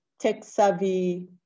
tech-savvy